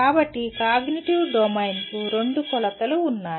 కాబట్టి కాగ్నిటివ్ డొమైన్కు రెండు కొలతలు ఉన్నాయి